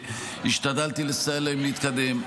והשתדלתי לסייע להם להתקדם.